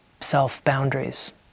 self-boundaries